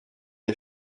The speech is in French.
les